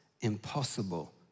impossible